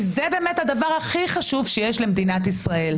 כי זה הדבר "הכי חשוב" שיש למדינת ישראל.